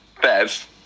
Bev